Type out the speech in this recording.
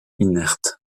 inerte